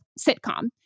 sitcom